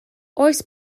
oes